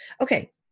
Okay